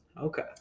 Okay